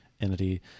entity